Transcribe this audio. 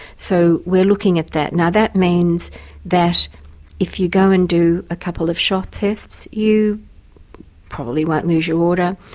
so we're looking at that. now that means that if you go and do a couple of shop thefts, you probably won't lose your order,